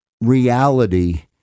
reality